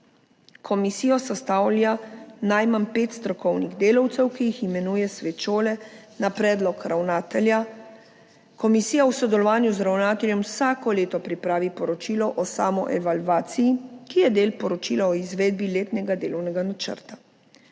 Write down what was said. Komisijo sestavlja najmanj pet strokovnih delavcev, ki jih imenuje svet šole na predlog ravnatelja. Komisija v sodelovanju z ravnateljem vsako leto pripravi poročilo o samoevalvaciji, ki je del poročila o izvedbi letnega delovnega načrta.